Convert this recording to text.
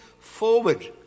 forward